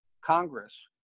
Congress